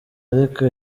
ariko